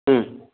ம்